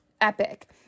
epic